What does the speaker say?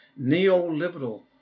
neoliberal